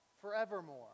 forevermore